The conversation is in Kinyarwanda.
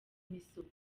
imisoro